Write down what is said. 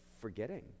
forgetting